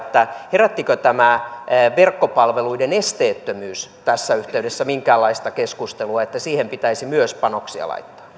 herättikö tämä verkkopalveluiden esteettömyys tässä yhteydessä minkäänlaista keskustelua se että myös siihen pitäisi panoksia